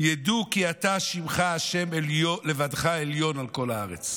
ו"ידעו כי אתה שמך השם לבדך עליון על כל הארץ".